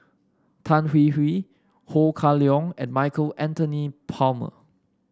Tan Hwee Hwee Ho Kah Leong and Michael Anthony Palmer